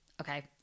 Okay